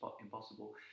impossible